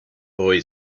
boy